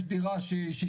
לכן החלטתי לפני כשלושה